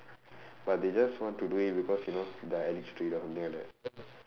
but they just want to do it because you know their trigger or something like that